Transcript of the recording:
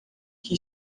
que